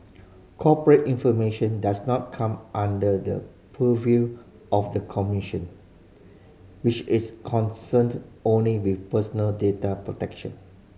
corporate information does not come under the purview of the commission which is concerned only with personal data protection